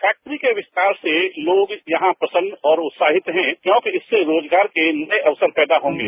factory के विस्तार से लोग यहां प्रसन्न और उत्साहित हैं क्योंकि इससे रोजगार के नये अवसर पैदा होंगे